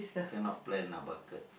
cannot plan ah bucket